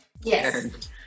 Yes